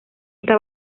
está